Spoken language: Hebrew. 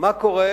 מה קורה